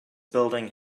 building